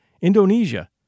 Indonesia